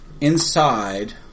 inside